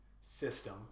system